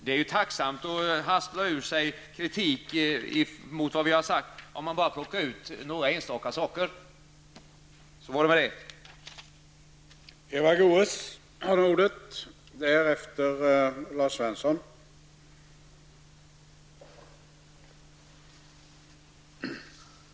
Det är ju tacksamt att haspla ur sig kritik mot vad vi har sagt när man bara plockar ut enskilda saker. Så var det med det.